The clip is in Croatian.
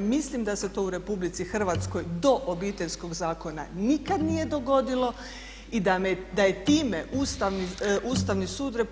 Mislim da se to u RH do Obiteljskog zakona nikad nije dogodilo i da je time Ustavni sud RH